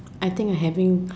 I think I having